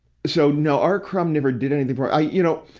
so, no, r. crumb never did anything for i, you know,